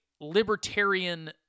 libertarian